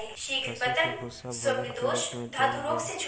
पशु के भूस्सा भोजन के रूप मे देल गेल